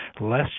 less